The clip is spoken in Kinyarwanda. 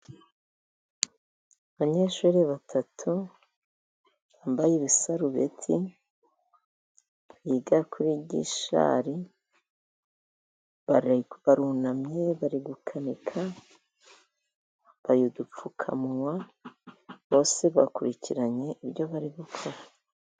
Abanyeshuri batatu bambaye ibisarubeti biga kuri Gishari, barunamye bari gukanika. Bambaye udupfukamuwa, bose bakurikiranye ibyo bari gukora.